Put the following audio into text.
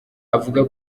avuga